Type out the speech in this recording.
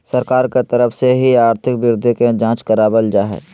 सरकार के तरफ से ही आर्थिक वृद्धि के जांच करावल जा हय